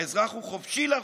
האזרח הוא חופשי לרוב,